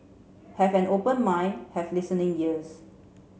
have an open mind have listening ears